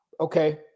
okay